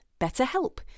BetterHelp